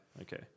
Okay